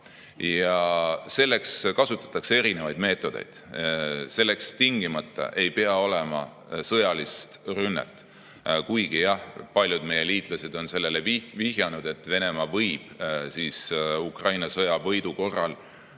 Ja selleks kasutatakse erinevaid meetodeid. Selleks tingimata ei pea olema sõjalist rünnet. Kuigi jah, paljud meie liitlased on sellele vihjanud, et Venemaa võib Ukraina sõja võidu korral